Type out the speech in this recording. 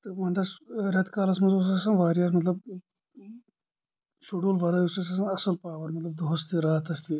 تہٕ وَنٛدَس رٮ۪تہٕ کالَس منٛز اوس آسان واریاہ مطلَب شُڈوٗل بنٲوِتھ اسہِ اوس آسان اصٕل پاوَر مطلَب دۄہَس تہِ راتَس تہِ